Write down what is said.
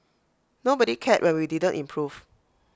nobody cared when we didn't improve